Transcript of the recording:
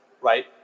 right